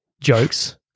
jokes